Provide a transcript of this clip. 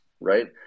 right